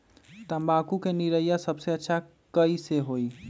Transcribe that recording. तम्बाकू के निरैया सबसे अच्छा कई से होई?